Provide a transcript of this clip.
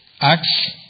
Acts